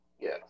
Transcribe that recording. Yes